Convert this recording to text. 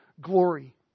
glory